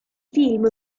film